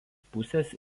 pusės